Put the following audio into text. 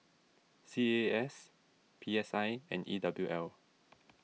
C A A S P S I and E W L